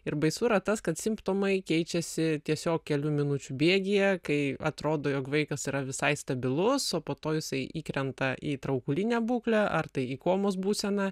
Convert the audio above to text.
ir baisu yra tas kad simptomai keičiasi tiesiog kelių minučių bėgyje kai atrodo jog vaikas yra visai stabilus o po to jisai įkrenta į traukulinę būklę ar tai į komos būseną